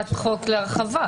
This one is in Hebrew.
הצעת חוק להרחבה.